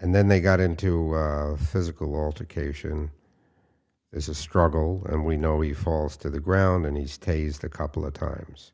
and then they got into a physical altercation is a struggle and we know he falls to the ground and he stays the couple of times